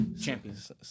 Champions